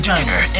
Diner